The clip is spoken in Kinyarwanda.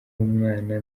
umwana